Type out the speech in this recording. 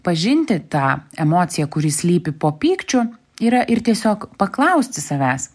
pažinti tą emociją kuri slypi po pykčiu yra ir tiesiog paklausti savęs